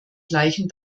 gleichen